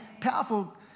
powerful